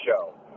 show